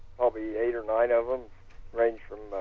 probably eight or nine of them range from